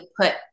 put